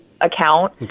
account